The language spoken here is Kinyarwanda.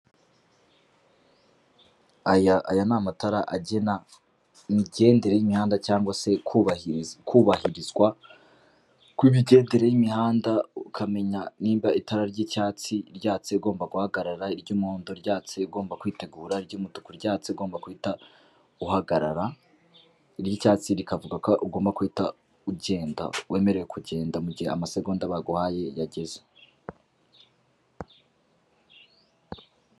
Aya ni amatara agena imigendere y'imihanda cg se kubahirizwa ,kw'imigendere y'imihanda ukamenya nimba itara ry'icyatsi ryatse ugomba guhagarara, iry'umuhondo ryatse ugomba kwitegura, iry'umutuku ryatse ugomba guhita uhagarara, iry'icyatsi rikavuga ko ugomba guhita ugenda wemerewe kugenda mu gihe amasegonda baguhaye yageze.